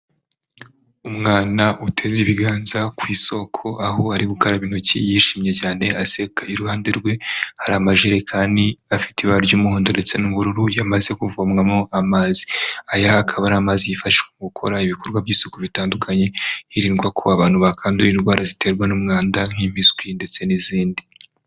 Umwana uteze ibiganza ku isoko aho ari gukaraba intoki yishimye cyane aseka, iruhande rwe hari amajerekani afite ibara ry'umuhondo ndetse n'ubururu yamaze kuvomwamo amazi. Aya akaba ari amazi yifashishwa mu gukora ibikorwa by'isuku bitandukanye hirindwa ko abantu bakandura indwara ziterwa n'umwanda nk'impiswi ndetse n'izindi.